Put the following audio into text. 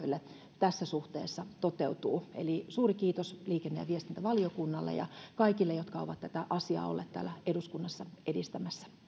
kotihoidon työntekijöille tässä suhteessa toteutuu eli suuri kiitos liikenne ja viestintävaliokunnalle ja kaikille jotka ovat tätä asiaa olleet täällä eduskunnassa edistämässä